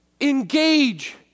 engage